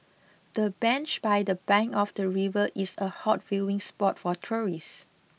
the bench by the bank of the river is a hot viewing spot for tourists